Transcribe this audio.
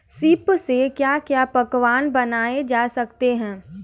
सीप से क्या क्या पकवान बनाए जा सकते हैं?